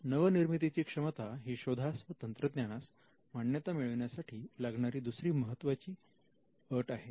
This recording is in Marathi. नवनिर्मितीची क्षमता ही शोधास व तंत्रज्ञानास मान्यता मिळविण्यासाठी लागणारी दुसरी महत्त्वाची अट आहे